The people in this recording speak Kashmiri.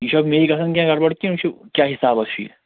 یہِ چھا میٚے گژھان کیٚنٛہہ گژبڑ کِنہٕ یہِ چھُ کیٛاہ حِساباہ چھُ یہِ